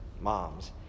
moms